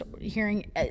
hearing